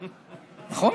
נכון?